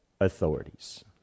authorities